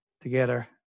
together